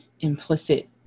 implicit